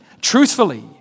truthfully